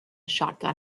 shotgun